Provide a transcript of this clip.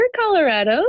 Colorado